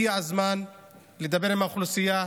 הגיע הזמן לדבר עם האוכלוסייה,